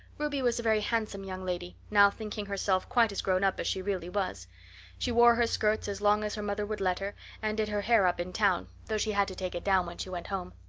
ruby was a very handsome young lady, now thinking herself quite as grown up as she really was she wore her skirts as long as her mother would let her and did her hair up in town, though she had to take it down when she went home.